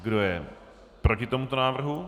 Kdo je proti tomuto návrhu?